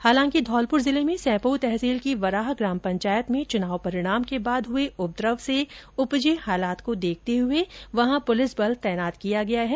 हालांकि धौलपुर जिले में सेंपउ तहसील की वराह ग्राम पंचायत में चुनाव परिणाम के बाद हुए उपद्रव से उपजे हालात को देखते हुए पुलिस बल तैनात किया गया है